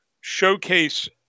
showcase